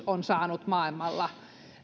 on saanut maailmalla